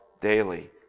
daily